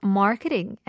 marketing